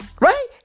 Right